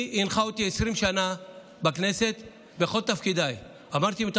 מה שהנחה אותי 20 שנה בכנסת בכל תפקידיי היה שאמרתי כך: אם אתה